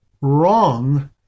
wrong